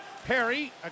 perry